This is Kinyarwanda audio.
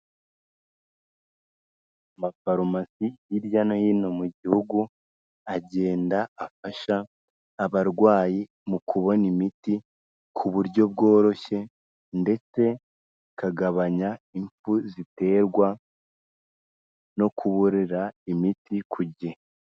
Amafarumasi hirya no hino mu gihugu, agenda afasha abarwayi mu kubona imiti ku buryo bworoshye ndetse ikagabanya imfu ziterwa no kuburira imiti ku gihe.